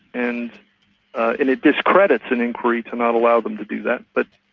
and and it discredits an inquiry to not allow them to do that, but.